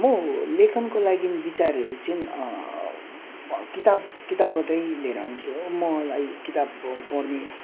म लेखनको लागि विचारहरू चाहिँँ किताब किताबबाटै लिएर आउँछु मलाई किताब पढ्ने